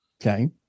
okay